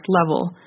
level